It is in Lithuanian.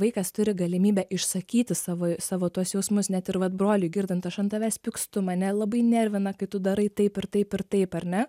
vaikas turi galimybę išsakyti savo savo tuos jausmus net ir vat broliui girdint aš ant tavęs pykstu mane labai nervina kai tu darai taip ir taip ir taip ar ne